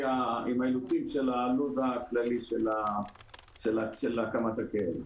של לוח הזמנים הכללי של הקמת הקרן.